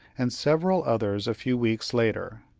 and several others a few weeks later.